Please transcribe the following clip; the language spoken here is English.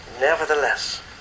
Nevertheless